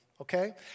okay